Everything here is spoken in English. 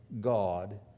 god